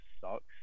sucks